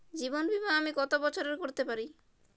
জীবন বীমা আমি কতো বছরের করতে পারি?